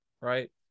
right